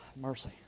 Mercy